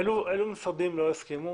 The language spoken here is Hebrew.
אפשר לדעת אילו משרדים לא הסכימו?